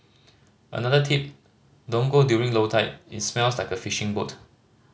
another tip don't go during low tide it smells like a fishing boat